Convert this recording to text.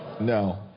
No